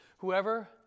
Whoever